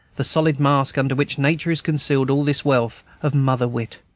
the solid mask under which nature has concealed all this wealth of mother-wit.